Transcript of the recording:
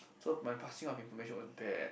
so my passing of information was bad